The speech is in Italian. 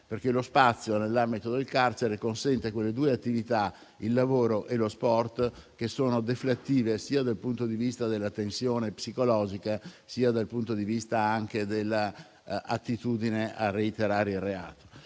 Lo spazio infatti nell'ambito del carcere consente quelle due attività, il lavoro e lo sport, che sono deflattive sia dal punto di vista della tensione psicologica sia dal punto di vista dell'attitudine a reiterare i reati.